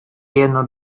jeno